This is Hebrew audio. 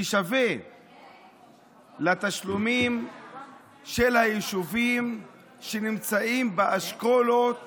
הוא שווה לתשלומים של היישובים שנמצאים באשכולות